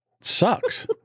sucks